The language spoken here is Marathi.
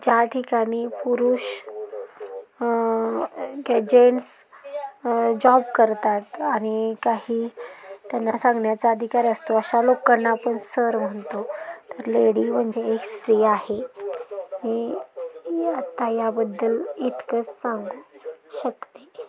ज्या ठिकाणी पुरुष जेंट्स जॉब करतात आणि काही त्यांना सांगण्याचा अधिकार असतो अशा लोकांना आपण सर म्हणतो तर लेडी म्हणजे एक स्त्री आहे मी आत्ता याबद्दल इतकंच सांगू शकते